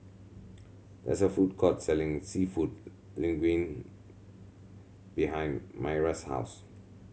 there is a food court selling Seafood Linguine behind Myra's house